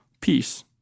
peace